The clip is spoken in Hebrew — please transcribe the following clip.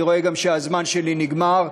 אני רואה גם שהזמן שלי נגמר.